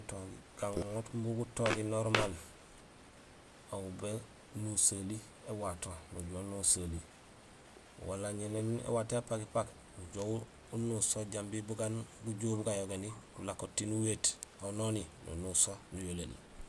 Gutogi, gaŋoot imbi gutigi normal, aw bénusohali éwato nujoow unusohali wala cé nang éwato yayu épagipak nujoow unuso jambi bugaan gujool bun gayogéni nulako tiin uwéét aw noni nunuso nuyoléén.